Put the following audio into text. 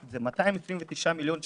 זה 229 מיליון שקלים.